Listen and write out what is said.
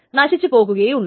നശിച്ചു പോകുകയേ ഉള്ളു